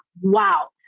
wow